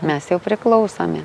mes jau priklausomi